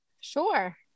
Sure